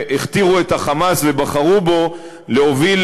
שהכתירו את ה"חמאס" ובחרו בו להוביל,